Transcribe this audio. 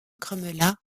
grommela